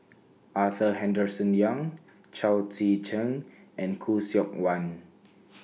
Arthur Henderson Young Chao Tzee Cheng and Khoo Seok Wan